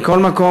מכל מקום,